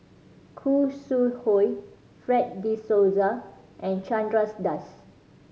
Khoo Sui Hoe Fred De Souza and Chandra Das